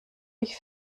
mich